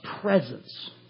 presence